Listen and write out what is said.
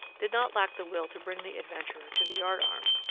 did not lack the will to bring the adventurer to the yardarm.